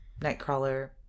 Nightcrawler